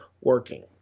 working